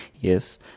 Yes